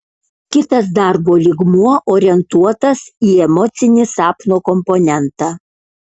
kitas darbo lygmuo orientuotas į emocinį sapno komponentą